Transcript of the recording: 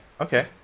okay